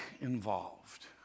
involved